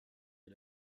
est